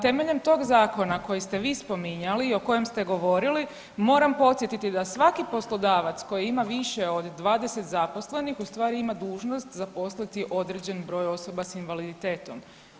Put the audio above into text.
Temeljem tog zakona koji ste vi spominjali i o kojem ste govorili, moram podsjetiti da svaki poslodavac koji ima više od 20 zaposlenih, ustvari ima dužnost zaposliti određen broj osoba s invaliditetom.